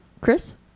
Chris